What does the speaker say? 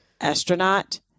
astronaut